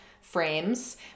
frames